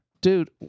Dude